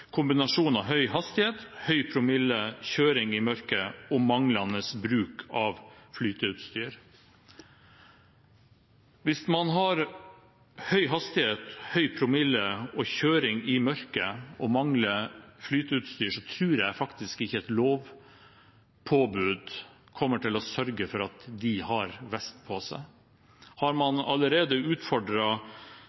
kombinasjon av høy hastighet, høy promille, kjøring i mørke og manglende bruk av flyteutstyr.» Hvis man har høy hastighet, høy promille, kjøring i mørke og manglende flyteutstyr, så tror jeg faktisk ikke at et lovpåbud kommer til å sørge for at disse har vest på seg. Har man allerede